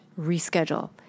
reschedule